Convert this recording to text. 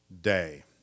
day